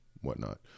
whatnot